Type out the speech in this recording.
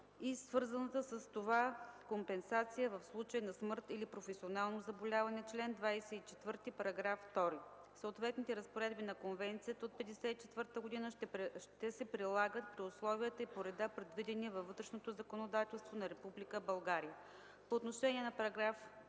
и свързаната с това компенсация в случай на смърт или професионално заболяване (чл. 24, § 2). Съответните разпоредби на Конвенцията от 1954 г. ще се прилагат при условията и по реда, предвидени във вътрешното законодателство на Република България. По отношение на чл.